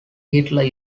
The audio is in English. hitler